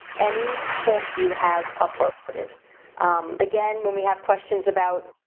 any form you have uploaded again when we have questions about,